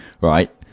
right